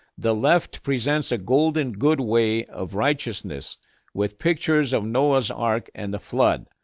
the left presents a golden good way of righteousness with pictures of noah's ark and the flood,